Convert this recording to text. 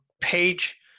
page